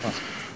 נכון.